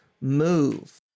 move